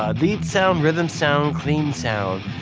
ah lead sound, rhythm sound, clean sound?